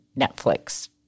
Netflix